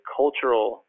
cultural –